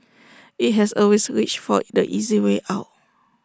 IT has always reached for the easy way out